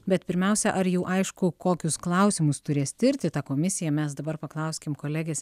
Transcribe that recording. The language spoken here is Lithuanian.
bet pirmiausia ar jau aišku kokius klausimus turės tirti ta komisija mes dabar paklauskim kolegės